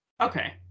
Okay